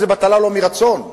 וזו בטלה לא מרצון.